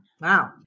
Wow